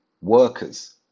workers